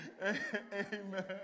Amen